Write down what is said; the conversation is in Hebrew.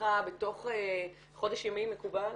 בתוך חודש ימים, מקובל?